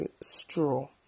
straw